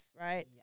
right